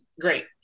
great